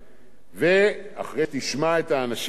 ואחרי שתשמע את האנשים האלה,